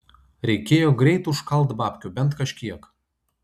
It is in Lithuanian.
reikėjo greit užkalt babkių bent kažkiek